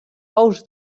ous